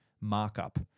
markup